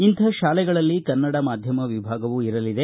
ಇಂಥ ಶಾಲೆಗಳಲ್ಲಿ ಕನ್ನಡ ಮಾಧ್ಯಮ ವಿಭಾಗವೂ ಇರಲಿದೆ